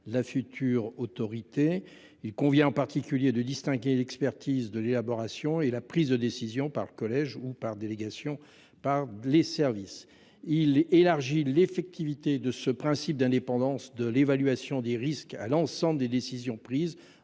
la future autorité. Il convient, en particulier, de distinguer l’expertise de l’élaboration et de la prise des décisions par le collège ou, par délégation, par les services. Cet amendement vise donc à élargir l’effectivité de ce principe d’indépendance de l’évaluation des risques à l’ensemble des décisions prises,